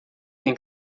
tem